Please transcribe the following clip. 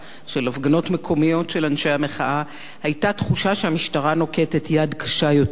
הפגנות מקומיות של אנשי המחאה היתה תחושה שהמשטרה נוקטת יד קשה יותר,